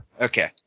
Okay